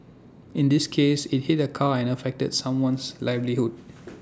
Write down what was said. in this case IT hit A car and affected someone's livelihood